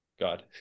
God